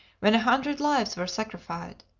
when a hundred lives were sacrificed